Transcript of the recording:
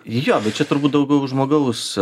jo bet čia turbūt daugiau žmogaus